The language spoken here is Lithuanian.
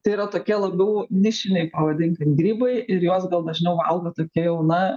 tai yra tokie labiau nišiniai pavadinkim grybai ir juos gal dažniau valgo tokie jau na